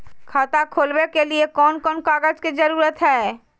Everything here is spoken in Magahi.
खाता खोलवे के लिए कौन कौन कागज के जरूरत है?